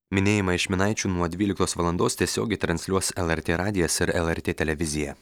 minėjimą iš minaičių nuo dvyliktos valandos tiesiogiai transliuos lrt radijas ir lrt televizija